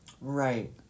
Right